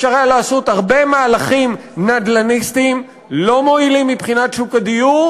אפשר היה לעשות הרבה מהלכים נדל"ניסטים לא מועילים מבחינת שוק הדיור